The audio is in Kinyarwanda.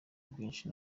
bwinshi